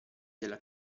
della